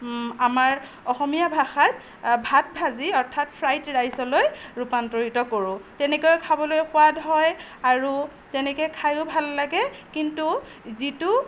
আমাৰ অসমীয়া ভাষাত ভাত ভাজি অৰ্থাৎ ফ্ৰাইড ৰাইচলৈ ৰূপান্তৰিত কৰোঁ তেনেকৈ খাবলৈ সোৱাদ হয় আৰু তেনেকৈ খায়ো ভাল লাগে কিন্তু যিটো